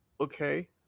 Okay